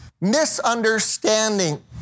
misunderstanding